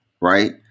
right